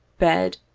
bed,